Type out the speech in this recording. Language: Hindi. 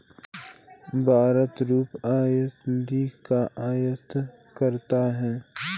भारत पाम ऑयल का आयात करता है